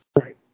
Right